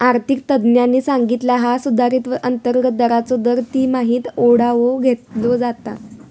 आर्थिक तज्ञांनी सांगितला हा सुधारित अंतर्गत दराचो दर तिमाहीत आढावो घेतलो जाता